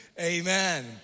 Amen